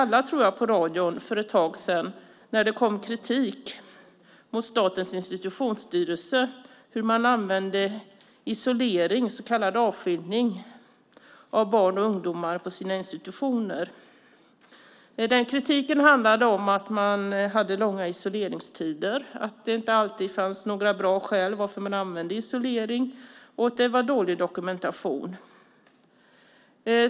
Alla hörde vi väl för ett tag sedan på radion om kritiken mot Statens institutionsstyrelse, mot hur man använt isolering, så kallad avskiljning, av barn och ungdomar på sina institutioner. Kritiken handlade om långa isoleringstider, om att det inte alltid funnits bra skäl till att använda sig av isolering och om att det har varit en dålig dokumentation.